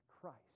Christ